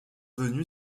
venu